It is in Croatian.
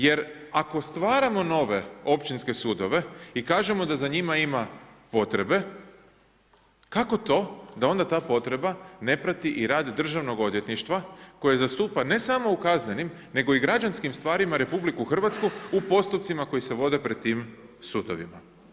Jer ako stvaramo nove općinske sudove i kažemo da za njima ima potrebe, kako to da onda ta potreba ne prati i rad Državnog odvjetništva koje zastupa ne samo u kaznenim nego i građanskim stvarima Republiku Hrvatsku u postupcima koji se vode pred tim sudovima?